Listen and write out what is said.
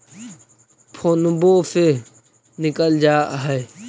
फोनवो से निकल जा है?